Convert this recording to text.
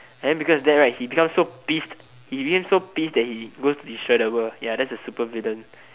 then because of that he became so pissed he became so pissed that he goes to destroy the world ya that's a supervillain